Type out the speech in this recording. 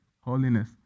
holiness